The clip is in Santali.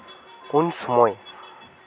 ᱩᱱ ᱥᱚᱢᱚᱭ